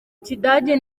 kidage